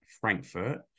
Frankfurt